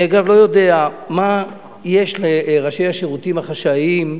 אני, אגב, לא יודע מה יש לראשי השירותים החשאיים,